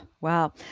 Wow